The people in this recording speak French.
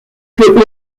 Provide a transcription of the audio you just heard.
peut